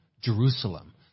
Jerusalem